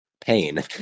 Pain